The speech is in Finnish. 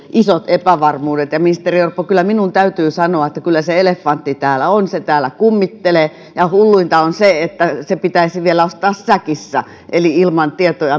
isot epävarmuudet ministeri orpo kyllä minun täytyy sanoa että kyllä se elefantti täällä on se täällä kummittelee ja hulluinta on se että se pitäisi vielä ostaa säkissä eli ilman tietoja